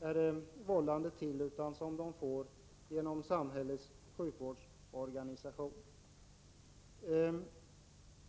är vållande till utan som de får genom samhällets sjukvårdsorganisation.